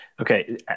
Okay